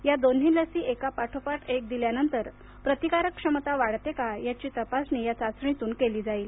या दोन्ही लसी एका पाठोपाठ एक दिल्यानंतर प्रतिकारक क्षमता वाढते का याबाबतची तपासणी या चाचणीतून केली जाईल